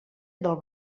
del